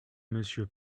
monsieur